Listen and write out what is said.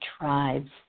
tribes